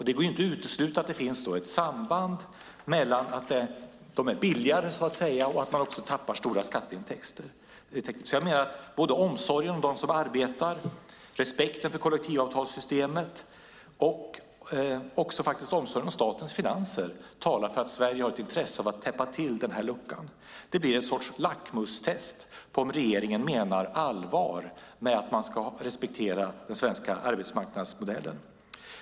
Det går inte att utesluta att det finns ett samband mellan att de är billigare och att man också tappar stora skatteintäkter. Omsorgen om dem som arbetar, respekten för kollektivavtalssystemet och också omsorgen om statens finanser talar för att Sverige har ett intresse för att täppa till luckan. Det blir en sorts lackmustest på om regeringen menar allvar med att man ska respektera den svenska arbetsmarknadsmodellen.